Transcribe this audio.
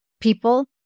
People